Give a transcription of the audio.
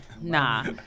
nah